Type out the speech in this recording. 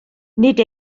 nid